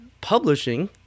publishing